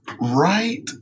Right